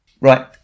Right